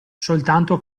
soltanto